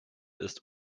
ist